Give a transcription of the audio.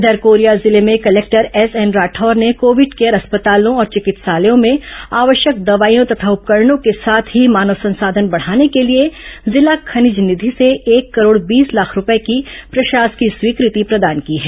इधर कोरिया जिले में कलेक्टर एसएन राठौर ने कोविड केयर अस्पतालों और चिकित्सालयों में आवश्यक दवाइयां तथा उपकरणों के साथ ही मानव संसाधन बढ़ाने के लिए जिला खनिज निधि से एक करोड़ बीस लाख रूपये की प्रशासकीय स्वीकृति प्रदान की है